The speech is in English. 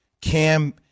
Cam